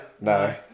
No